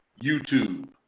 YouTube